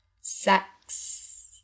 sex